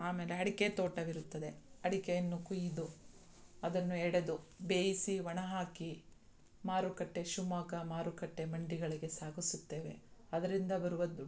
ಆಮೇಲೆ ಅಡಿಕೆ ತೋಟವಿರುತ್ತದೆ ಅಡಿಕೆಯನ್ನು ಕೊಯ್ದು ಅದನ್ನು ಎಡೆದು ಬೇಯಿಸಿ ಒಣಹಾಕಿ ಮಾರುಕಟ್ಟೆ ಶಿವಮೊಗ್ಗ ಮಾರುಕಟ್ಟೆ ಮಂಡಿಗಳಿಗೆ ಸಾಗಿಸುತ್ತೇವೆ ಅದರಿಂದ ಬರುವ ದುಡ್ಡು